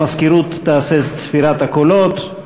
המזכירות תעשה את ספירת הקולות.